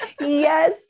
Yes